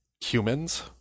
humans